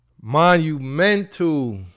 monumental